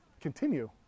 continue